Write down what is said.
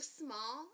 small